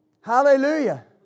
Hallelujah